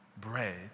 bread